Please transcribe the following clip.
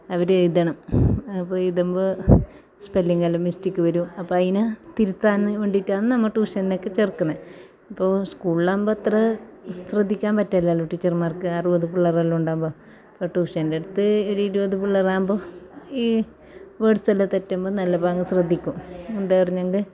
അവർ എഴുതണം അപ്പം എഴുതുമ്പോൾ സ്പെല്ലിങ്ങെല്ലാം മിസ്റ്റേക്ക് വരും അപ്പം അതിന് തിരുത്താൻ വേണ്ടിയിട്ടാണ് നമ്മൾ ട്യൂഷനൊക്കെ ചേർക്കുന്നത് അപ്പോൾ സ്കൂളിലാകുമ്പം അത്ര ശ്രദ്ധിക്കാൻ പറ്റില്ലല്ലോ ടീച്ചർമാർക്ക് അറുപത് പിള്ളേറെല്ലാണ്ടാകുമ്പം അപ്പം ട്യൂഷൻ്റെടുത്ത് ഒരു ഇരുപത് പിള്ളേരാകുമ്പം ഈ വേർഡ്സെല്ലാം തെറ്റുമ്പോൾ നല്ല പോലെ ശ്രദ്ധിക്കും എന്താണ് പറഞ്ഞെങ്കിൽ